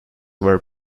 were